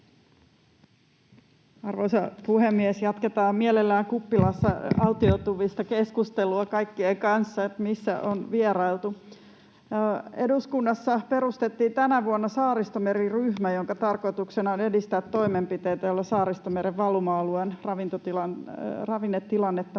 Arvoisa puhemies! Jatketaan mielellään kuppilassa autiotuvista keskustelua kaikkien kanssa, että missä on vierailtu. — Eduskunnassa perustettiin tänä vuonna Saaristomeri-ryhmä, jonka tarkoituksena on edistää toimenpiteitä, joilla Saaristomeren valuma-alueen ravinnetilannetta